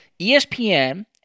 ESPN